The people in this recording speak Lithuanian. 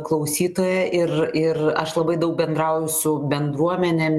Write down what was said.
klausytoją ir ir aš labai daug bendrauju su bendruomenėm